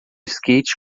skate